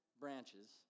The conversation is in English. branches